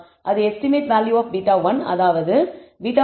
அது estimated value of β1 அதாவது β̂1 or 2